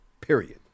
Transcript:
Period